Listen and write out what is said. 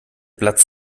platz